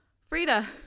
Frida